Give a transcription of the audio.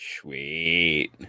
Sweet